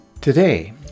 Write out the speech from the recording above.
Today